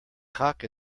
cock